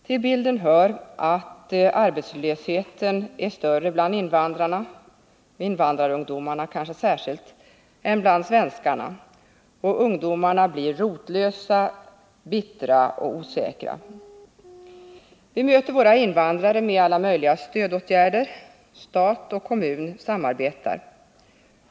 Till bilden hör att arbetslösheten är större bland invandrarna — kanske särskilt bland invandrarungdomarna — än bland svenskarna. Ungdomarna blir rotlösa, bittra och osäkra. Vi möter våra invandrare med alla möjliga stödåtgärder. Stat och kommun samarbetar.